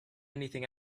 anything